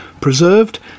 preserved